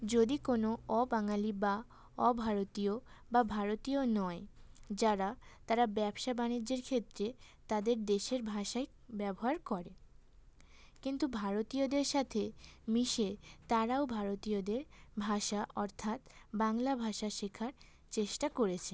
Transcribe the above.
যদি কোনো অবাঙালি বা অভারতীয় বা ভারতীয় নয় যারা তারা ব্যবসা বাণিজ্যের ক্ষেত্রে তাদের দেশের ভাষাই ব্যবহার করে কিন্তু ভারতীয়দের সাথে মিশে তারাও ভারতীয়দের ভাষা অর্থাৎ বাংলা ভাষা শেখার চেষ্টা করেছে